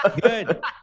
Good